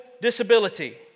disability